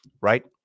right